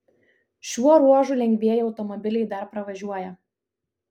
šiuo ruožu lengvieji automobiliai dar pravažiuoja